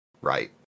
right